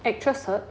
actual cert